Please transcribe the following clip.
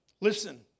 Listen